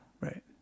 right